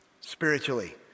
spiritually